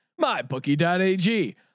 MyBookie.ag